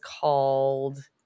called